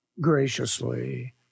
graciously